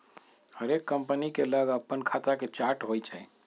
हरेक कंपनी के लग अप्पन खता के चार्ट होइ छइ